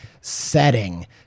setting